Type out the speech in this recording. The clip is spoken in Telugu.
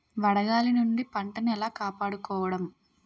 వడగాలి నుండి పంటను ఏలా కాపాడుకోవడం?